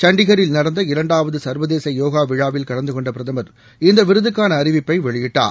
சண்டிகரில் நடந்த இரண்டாவது சர்வதேச யோகா விழாவில் கலந்தகொண்ட பிரதமர் இந்த விருதுக்கான அறிவிப்பை வெளியிட்டார்